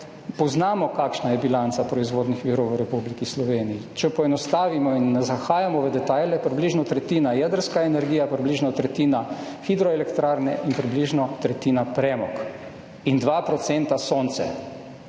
vemo, kakšna je bilanca proizvodnih virov v Republiki Sloveniji. Če poenostavimo in ne zahajamo v detajle, približno tretjina jedrska energija, približno tretjina hidroelektrarne in približno tretjina premog, 2 % pa sonce